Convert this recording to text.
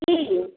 की